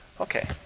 Okay